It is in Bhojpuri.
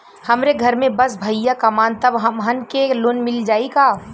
हमरे घर में बस भईया कमान तब हमहन के लोन मिल जाई का?